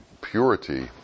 purity